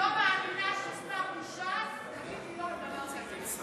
מאמינה ששר מש"ס יגיד לי "לא" על דבר כזה.